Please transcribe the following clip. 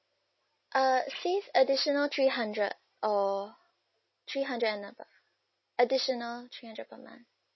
uh since additional three hundred or three hundred enough ah additional three hundred per month